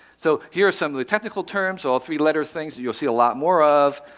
so here are some of the technical terms, all three-letter things, that you'll see a lot more of.